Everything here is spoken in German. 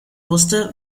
wusste